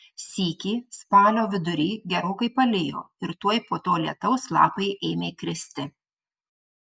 sykį spalio vidury gerokai palijo ir tuoj po to lietaus lapai ėmė kristi